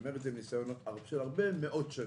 אני אומר את זה מניסיון של הרבה מאוד שנים.